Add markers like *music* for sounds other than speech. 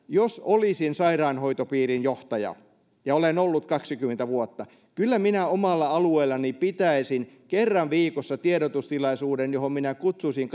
*unintelligible* jos olisin sairaanhoitopiirin johtaja ja olen ollut kaksikymmentä vuotta niin kyllä minä omalla alueellani pitäisin kerran viikossa tiedotustilaisuuden johon minä kutsuisin *unintelligible*